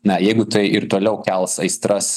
na jeigu tai ir toliau kels aistras